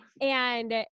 And-